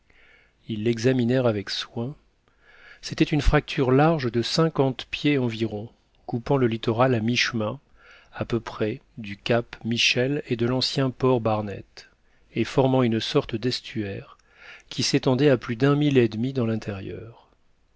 ils l'examinèrent avec soin c'était une fracture large de cinquante pieds environ coupant le littoral à mi-chemin à peu près du cap michel et de l'ancien port barnett et formant une sorte d'estuaire qui s'étendait à plus d'un mille et demi dans l'intérieur